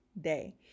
day